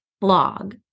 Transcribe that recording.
blog